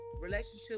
relationship